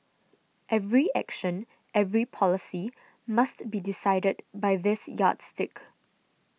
every action every policy must be decided by this yardstick